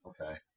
okay